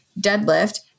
deadlift